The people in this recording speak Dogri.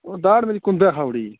ओह् दाढ़ मेरी कुंदै खाई ओड़ी